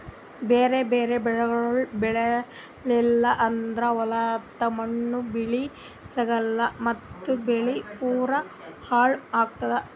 ಬ್ಯಾರೆ ಬ್ಯಾರೆ ಬೆಳಿಗೊಳ್ ಬೆಳೀಲಿಲ್ಲ ಅಂದುರ್ ಹೊಲದ ಮಣ್ಣ, ಬೆಳಿ ಸಿಗಲ್ಲಾ ಮತ್ತ್ ಬೆಳಿ ಪೂರಾ ಹಾಳ್ ಆತ್ತುದ್